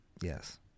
Yes